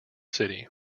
city